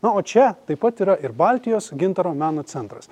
na o čia taip pat yra ir baltijos gintaro meno centras